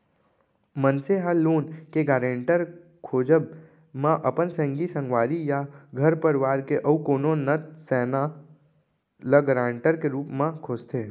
मनसे ह लोन के गारेंटर खोजब म अपन संगी संगवारी या घर परवार के अउ कोनो नत सैना ल गारंटर के रुप म खोजथे